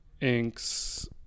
inks